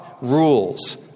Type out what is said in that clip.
rules